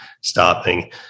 stopping